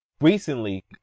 Recently